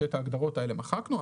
שאת ההגדרות האלה מחקנו,